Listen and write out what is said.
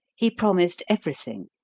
he promised every thing.